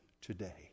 today